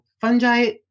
Fungi